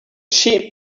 sheep